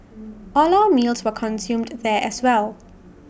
all our meals were consumed there as well